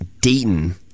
Dayton